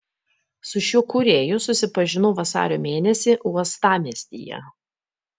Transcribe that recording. su šiuo kūrėju susipažinau vasario mėnesį uostamiestyje